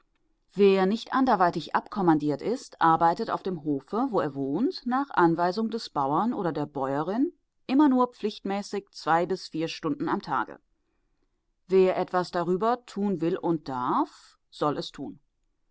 wer nicht anderweitig abkommandiert ist arbeitet auf dem hofe wo er wohnt nach anweisung des bauern oder der bäuerin immer nur pflichtmäßig zwei bis vier stunden am tage wer etwas darüber tun will und darf soll es tun